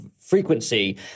frequency